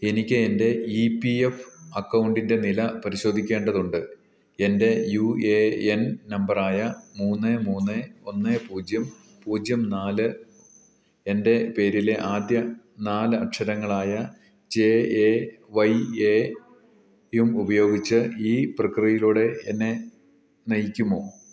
എനിക്ക് എൻ്റെ E P F അക്കൌണ്ടിൻ്റെ നില പരിശോധിക്കേണ്ടതുണ്ട് എൻ്റെ യു എ എൻ നമ്പറായ മൂന്ന് മൂന്ന് ഒന്ന് പൂജ്യം പൂജ്യം നാല് എൻ്റെ പേരിലെ ആദ്യ നാലക്ഷരങ്ങളായ ജെ എ വൈ എയും ഉപയോഗിച്ച് ഈ പ്രക്രിയയിലൂടെ എന്നെ നയിക്കുമോ